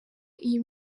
iyi